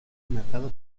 mercado